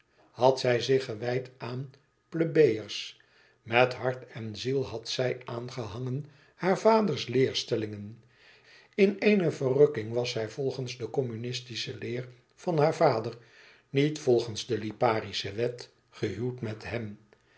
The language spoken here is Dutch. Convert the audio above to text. had zij zich gewijd aan plebejers met hart en ziel had zij aangehangen haar vaders leerstellingen in eene verrukking was zij volgens de communistische leer van haar vader niet volgens de liparische wet gehuwd met hem